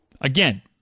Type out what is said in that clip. Again